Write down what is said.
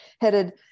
headed